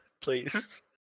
Please